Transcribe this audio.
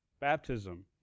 Baptism